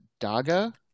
Daga